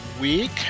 week